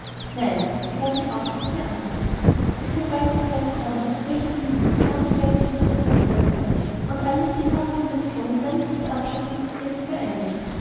nein erklang die aufrichtige antwort es wird die zeit bald kommen welche dieses beklagenswerthe institut verurtheilt und alle seefahrenden nationen werden sich zur abschaffung desselben vereinigen